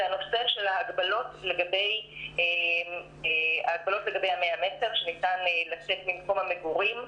זה הנושא של ההגבלות לגבי ה-100 מטר שניתן לצאת ממקום המגורים.